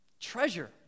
Treasure